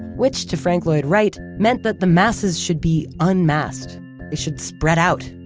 which to frank lloyd wright meant that the masses should be unmasked. it should spread out,